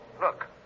Look